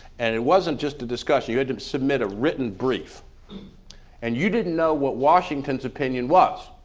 and it wasn't just a discussion, you had to submit a written brief and you didn't know what washington's opinion was.